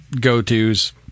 go-tos